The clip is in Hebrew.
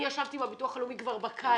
אני ישבתי עם הביטוח הלאומי כבר בקיץ.